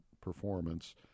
performance